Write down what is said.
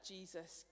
Jesus